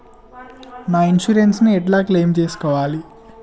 నా ఇన్సూరెన్స్ ని ఎట్ల క్లెయిమ్ చేస్కోవాలి?